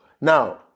Now